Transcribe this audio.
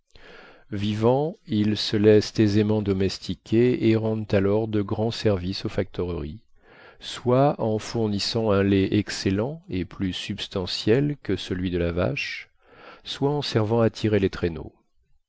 vivants ils se laissent aisément domestiquer et rendent alors de grands services aux factoreries soit en fournissant un lait excellent et plus substantiel que celui de la vache soit en servant à tirer les traîneaux